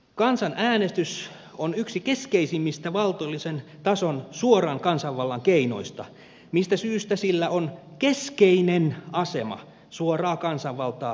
kansanäänestys on yksi keskeisimmistä valtiollisen tason suoran kansanvallan keinoista mistä syystä sillä on keskeinen asema suoraa kansanvaltaa kehitettäessä